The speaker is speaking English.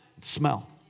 smell